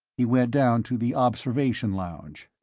he went down to the observation lounge.